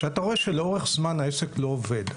שאתה רואה שלאורך זמן העסק לא עובד,